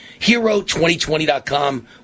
Hero2020.com